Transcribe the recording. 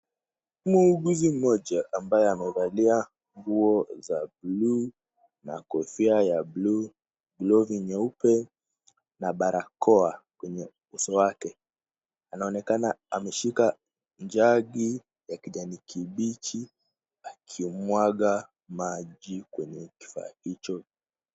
Muuguzi mmoja ambaye amevalia nguo za buluu na kofia ya buluu, long'i nyeupe na barakoa kwenye uso wake, anaonekana ameshika jug ya kijani kibichi akiumwaga maji kwenye kifaa hicho.